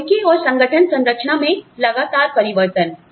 प्रौद्योगिकी और संगठन संरचना में लगातार परिवर्तन